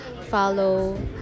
follow